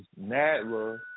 NADRA